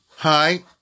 Hi